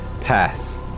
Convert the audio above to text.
Pass